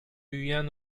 büyüyen